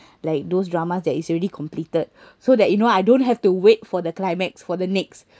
like those dramas that is already completed so that you know I don't have to wait for the climax for the next